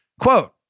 Quote